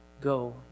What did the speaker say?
Go